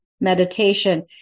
meditation